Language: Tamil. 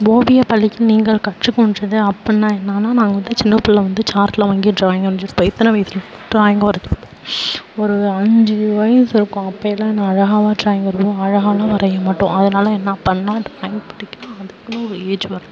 ஓவிய பள்ளிக்கு நீங்கள் கற்றுக்கொண்டது அப்போனா என்னெனா நாங்கள் வந்து சின்னப்பிள்ள வந்து சார்ட்டெலாம் வாங்கி ட்ராயிங் வரைஞ்சி போய் எத்தனை வயசில் ட்ராயிங் வரைஞ்சி ஒரு அஞ்சு வயது இருக்கும் அப்போலாம் நான் அழகாவாக ட்ராயிங் வரைவோம் அழகாவெலாம் வரைய மாட்டோம் அதனால என்ன அப்போன்னா டிராயிங் போட்டி அதுக்குனு ஒரு ஏஜ் வரணும்